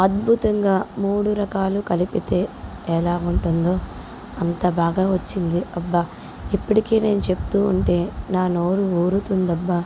అద్భుతంగా మూడు రకాలు కలిపితే ఎలాగుంటుందో అంత బాగా వచ్చింది అబ్బా ఇప్పడికీ నేను చెప్తూ ఉంటే నా నోరు ఊరుతుందబ్బా